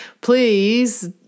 Please